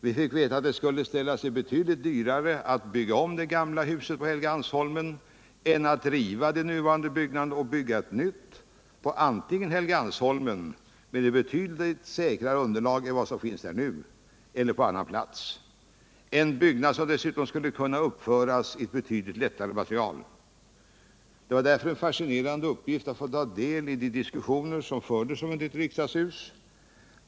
Vi fick veta att det skulle ställa sig betydligt dyrare att bygga om det gamla huset på Helgeandsholmen än att riva de nuvarande byggnaderna och bygga nytt — antingen på Helgeandsholmen, med ett betydligt stabilare underlag än det som finns där nu, eller på en annan plats. En byggnad som dessutom skulle kunna uppföras i ett betydligt lättare material. Det var därför en fascinerande uppgift att få ta del i de diskussioner som fördes om ett nytt riksdagshus.